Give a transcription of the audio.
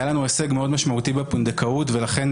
היה לנו הישג מאוד משמעותי בפונדקאות ולכן